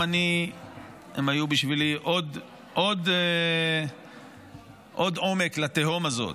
בשבילי עוד עומק לתהום הזאת.